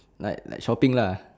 like like shopping lah